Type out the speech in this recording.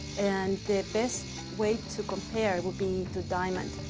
and the best way to compare would be the diamond.